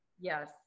Yes